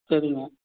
சரிங்க